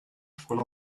full